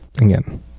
again